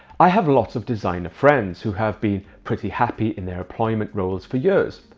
i have lots of designer friends who have been pretty happy in their employment roles for years,